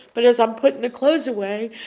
but as i'm putting the clothes away.